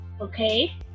okay